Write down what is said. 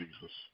Jesus